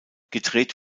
gedreht